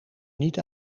niet